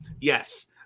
Yes